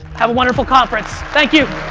have a wonderful conference. thank you!